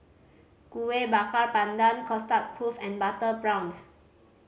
Kueh Bakar Pandan Custard Puff and butter prawns